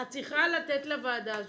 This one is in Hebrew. את צריכה לתת לוועדה הזו,